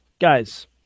Guys